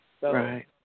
Right